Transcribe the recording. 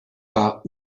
war